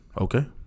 Okay